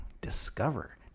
discover